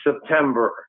September